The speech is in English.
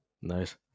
Nice